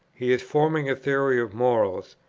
he is forming a theory of morals,